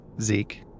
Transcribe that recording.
Zeke